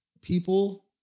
people